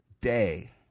day